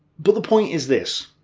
but the point is this,